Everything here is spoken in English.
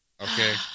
Okay